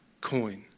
coin